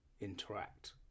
interact